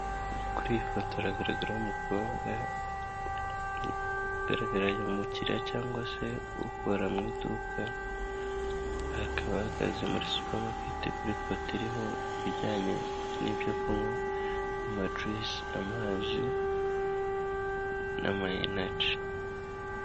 Kuri iyi foto haragaragaraho umukobwa ugaragara nk'umukiriya cyangwa se ukora mu iduka, akaba ahagaze muri supamaketi, kuri kote iriho ibijyanye n'ibyo kunywa, amajuyisi, amazi n'ama enagi.